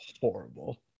horrible